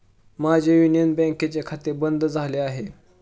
माझे युनियन बँकेचे खाते बंद झाले आहे